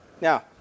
Now